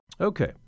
Okay